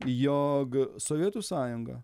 jog sovietų sąjunga